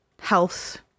health